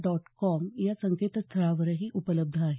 dot com या संकेतस्थळावरही उपलब्ध आहे